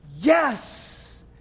Yes